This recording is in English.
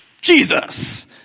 Jesus